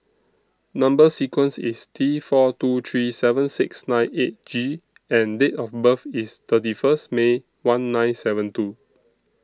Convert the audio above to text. Number sequence IS T four two three seven six nine eight G and Date of birth IS thirty First May one nine seven two